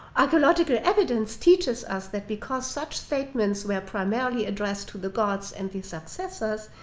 archaeological evidence teaches us that because such statements were primarily addressed to the gods and the successors,